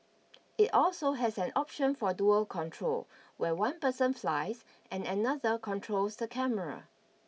it also has an option for dual control where one person flies and another controls the camera